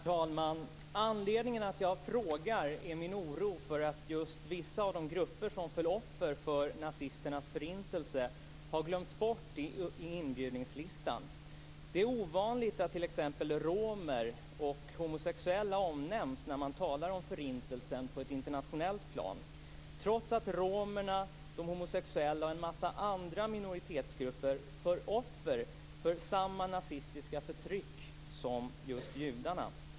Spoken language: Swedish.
Herr talman! Anledningen till att jag frågar är min oro för att vissa av de grupper som föll offer för nazisternas förintelse har glömts bort i inbjudningslistan. Det är ovanligt att t.ex. romer och homosexuella omnämns när man talar om Förintelsen på ett internationellt plan, trots att romerna, de homosexuella och många andra minoritetsgrupper föll offer för samma nazistiska förtryck som judarna.